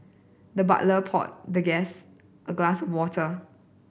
the butler poured the guest a glass of water